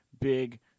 big